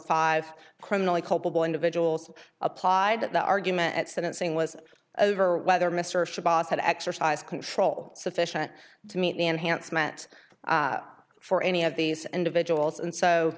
five criminally culpable individuals applied the argument at sentencing was over whether mr shabazz had exercised control sufficient to meet the enhancement for any of these individuals and so